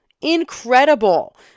Incredible